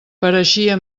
pareixia